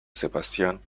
sebastian